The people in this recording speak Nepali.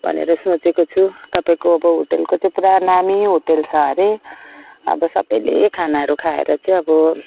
भनेर सोचेको छु तपाईँको अब होटेलको चाहिँ पुरा नामी होटेल छ अरे अब सबैले खानाहरू खाएर चाहिँ अब